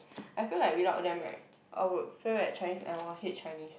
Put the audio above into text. I feel like without them right I would fail at Chinese and I will hate Chinese